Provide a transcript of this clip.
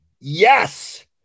Yes